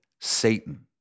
Satan